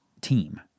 team